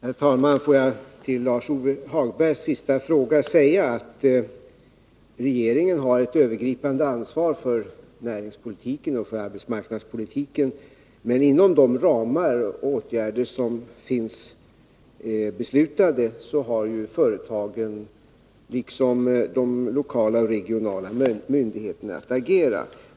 Herr talman! Får jag till svar på Lars-Ove Hagbergs sista fråga säga att regeringen har ett övergripande ansvar för näringspolitiken och arbetsmarknadspolitiken. Men inom de ramar och åtgärder som finns beslutade har företagen liksom de lokala och regionala myndigheterna att agera.